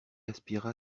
aspira